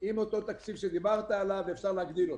עם אותו תקציב שדיברת עליו ואפשר להגדיל אותו.